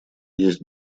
есть